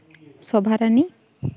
ᱥᱳᱵᱷᱟᱨᱟᱱᱤ